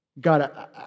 God